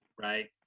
right